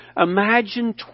Imagine